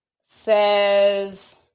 says